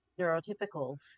neurotypicals